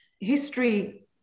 History